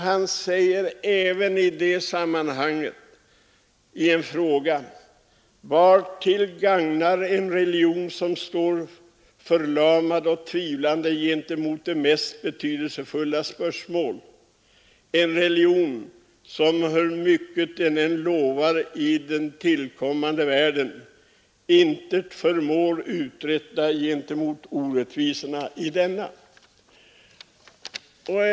Han frågar även i det sammanhanget till vad en religion gagnar som står förlamad och tvivlande gentemot de mest betydelsefulla spörsmål, en religion som, hur mycket den än lovar i den tillkommande världen, intet förmår uträtta gentemot orättvisorna i denna.